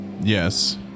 Yes